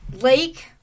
Lake